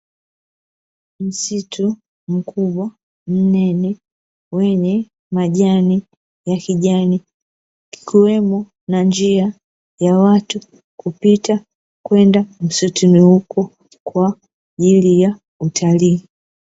Msitu mkubwa mnene, wenye majani ya kijani, ikiwemo na njia ya watu kupita kwenda msituni huku kwa ajili ya utalii.